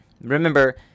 remember